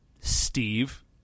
Steve